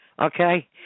Okay